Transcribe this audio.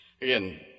Again